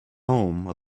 home